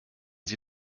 sie